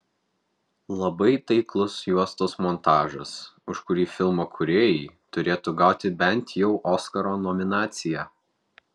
labai taiklus juostos montažas už kurį filmo kūrėjai turėtų gauti bent jau oskaro nominaciją